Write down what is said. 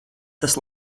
tas